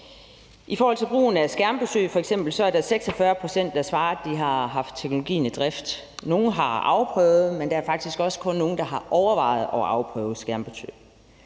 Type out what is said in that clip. I forhold til brugen af f.eks. skærmbesøg er der 46 pct., der svarer, at de har haft teknologien i drift. Nogle har afprøvet det, men der er faktisk også nogle, der kun har overvejet at afprøve skærmbesøg.